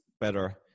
better